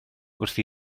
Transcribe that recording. wrth